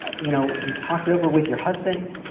you know, you've talked it over with your husband.